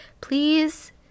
Please